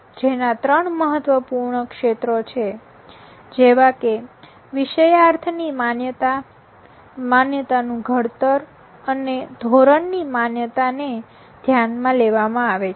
તેના ત્રણ મહત્વપૂર્ણ ક્ષેત્રો છે જેવા કે વિષયાર્થ ની માન્યતા માન્યતાનું ઘડતર અને ધોરણની માન્યતાને ધ્યાનમાં લેવામાં આવે છે